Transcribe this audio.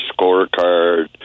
scorecard